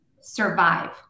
Survive